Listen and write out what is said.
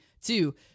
two